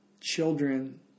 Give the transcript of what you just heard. children